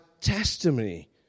testimony